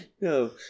No